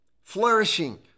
flourishing